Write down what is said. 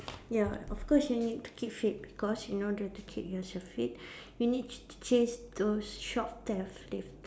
ya of course you need to keep fit because in order to keep yourself fit you need to chase those shop theft thief